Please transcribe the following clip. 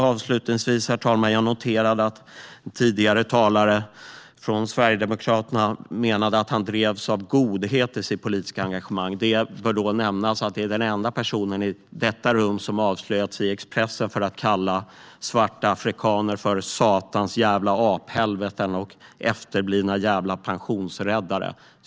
Avslutningsvis, herr talman, noterade jag att en tidigare talare från Sverigedemokraterna menade att han drevs av godhet i sitt politiska engagemang. Det bör då nämnas att det är den enda person i detta rum som i Expressen har avslöjats med att ha kallat svarta afrikaner för satans jävla aphelveten och efterblivna jävla pensionsräddare.